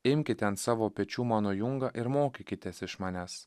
imkite ant savo pečių mano jungą ir mokykitės iš manęs